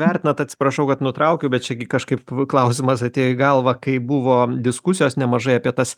vertinat atsiprašau kad nutraukiu bet čia gi kažkaip va klausimas atėjo į galvą kai buvo diskusijos nemažai apie tas